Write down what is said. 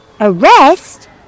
Arrest